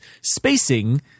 spacing